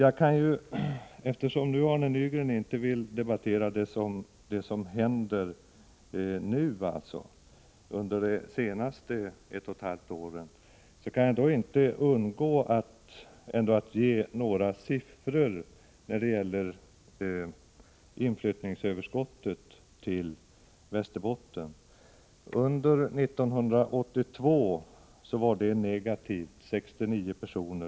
Trots att Arne Nygren inte vill debattera det som hänt under de senaste ett och ett halvt åren kan jag inte underlåta att redovisa några siffror på inflyttningsutvecklingen i Västerbotten. Under 1982 var den negativ — 69 personer.